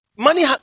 Money